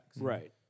Right